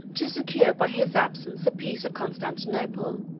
to secure by his absence the peace of constantinople,